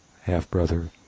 half-brother